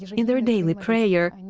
in their daily prayer,